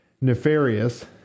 nefarious